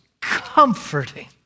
comforting